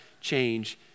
change